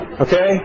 okay